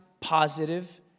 positive